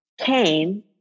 came